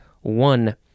One